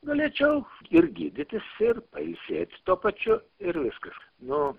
galėčiau ir gydytis ir pailsėt tuo pačiu ir viskas nu